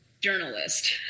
journalist